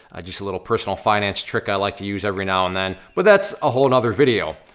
just a little personal finance trick i like to use every now and then, but that's a whole nother video.